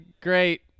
great